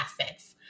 assets